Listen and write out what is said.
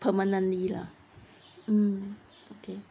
permanently lah hmm okay